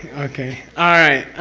okay. alright.